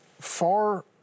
far